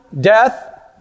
death